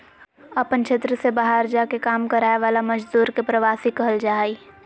अपन क्षेत्र से बहार जा के काम कराय वाला मजदुर के प्रवासी कहल जा हइ